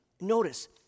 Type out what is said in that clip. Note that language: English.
Notice